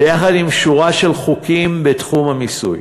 ויחד עם שורה של חוקים בתחום המיסוי